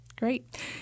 great